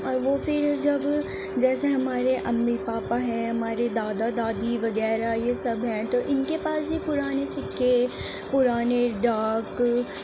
اور وہ پھر جب جیسے ہمارے امی پاپا ہیں ہمارے دادا دادی وغیرہ یہ سب ہیں تو ان کے پاس بھی پرانے سکے پرانے ڈاک